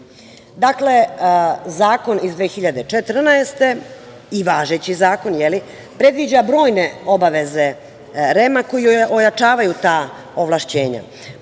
Dakle, zakon iz 2014. godine i važeći zakon, predviđa brojne obaveze REM-a koju ojačavaju ta ovlašćenja.